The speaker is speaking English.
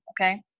okay